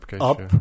up